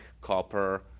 copper